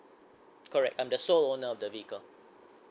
correct I'm the sole owner of the vehicle